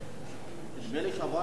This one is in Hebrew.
נדמה לי שבשבוע שעבר היתה הודעה